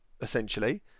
essentially